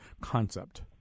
concept